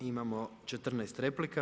Imamo 14 replika.